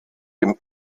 dem